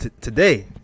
today